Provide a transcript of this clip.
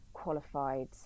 qualified